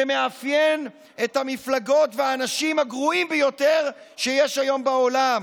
שמאפיין את המפלגות והאנשים הגרועים ביותר שיש היום בעולם,